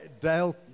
Dale